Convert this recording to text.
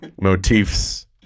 motifs